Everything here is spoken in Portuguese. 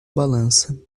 balança